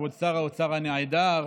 כבוד שר האוצר הנעדר,